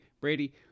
Brady